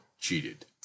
cheated